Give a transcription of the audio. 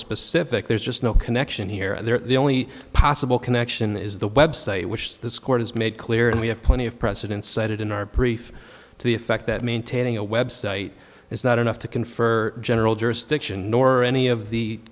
specific there's just no connection here the only possible connection is the website which this court has made clear and we have plenty of precedent set it in our preferred to the effect that maintaining a website is not enough to confer general jurisdiction nor any of the